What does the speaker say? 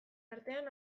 artean